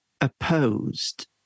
opposed